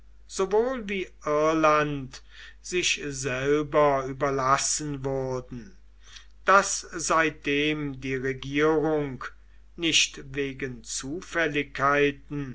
sowohl wie irland sich selber überlassen wurden daß seitdem die regierung nicht wegen